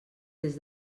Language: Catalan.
des